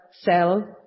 sell